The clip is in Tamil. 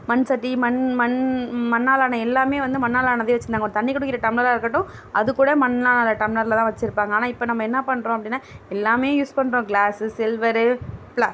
மண் சட்டி மண் மண் மண்ணால் ஆன எல்லாமே வந்து மண்ணால் ஆனதே வைச்சுருந்தாங்க ஒரு தண்ணி குடிக்கிற டம்ளராக இருக்கட்டும் அதுகூட மண்ணாலான டம்ளரில் தான் வைச்சுருப்பாங்க ஆனால் இப்போ நம்ம என்ன பண்ணுறோம் அப்படின்னா எல்லாமே யூஸ் பண்ணுறோம் கிளாஸு சில்வரு பிளா